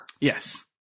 Yes